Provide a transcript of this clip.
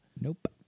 Nope